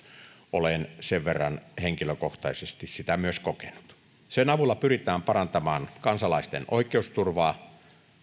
olen sen verran henkilökohtaisesti sitä myös kokenut sen avulla pyritään parantamaan kansalaisten oikeusturvaa